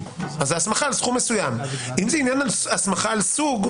אז ההסמכה היא על סכום מסוים.